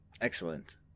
Excellent